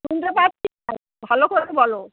শুনতে পাচ্ছি না ভালো করে বলো